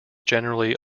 generally